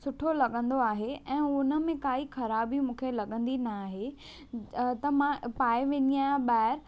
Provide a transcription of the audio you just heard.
सुठो लॻंदो आहे ऐं उन में काई ख़राबी मूंखे लॻंदी न आहे त मां पाए वेंदी आहियां ॿाहिरि